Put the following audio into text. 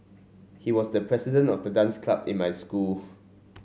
he was the president of the dance club in my school